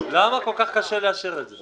למה כל כך קשה לאשר את זה?